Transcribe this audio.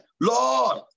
Lord